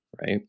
right